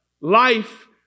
life